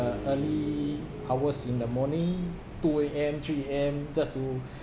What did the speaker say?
uh early hours in the morning two A_M three A_M just to